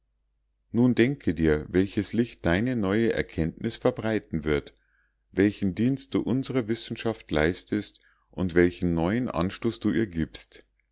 nun denke dir welches licht deine neue erkenntnis verbreiten wird welchen dienst du unsrer wissenschaft leistest und welchen neuen anstoß du ihr gibst